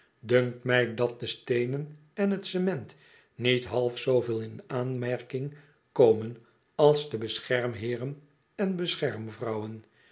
dunkt mij dat de steenen en het cement niet half zooveel in aanmerking komen als de beschermheeren en